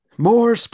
More